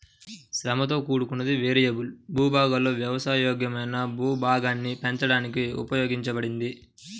శ్రమతో కూడుకున్నది, వేరియబుల్ భూభాగాలలో వ్యవసాయ యోగ్యమైన భూభాగాన్ని పెంచడానికి ఉపయోగించబడింది